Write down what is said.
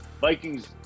Vikings